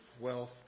wealth